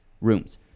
rooms